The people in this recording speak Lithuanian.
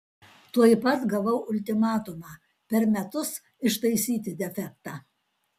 tuoj pat gavau ultimatumą per metus ištaisyti defektą